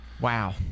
Wow